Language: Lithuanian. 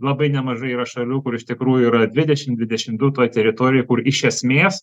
labai nemažai yra šalių kur iš tikrųjų yra dvidešim dvidešim du toj teritorijoj kur iš esmės